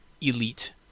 elite